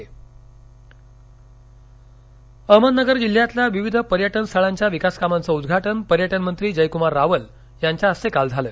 पर्यटन अहमदनगर अहमदनगर जिल्ह्यातील विविध पर्यटन स्थळांच्या विकास कामांचं उदघाटन पर्यटन मंत्री जयकृमार रावल यांच्या हस्ते काल झालं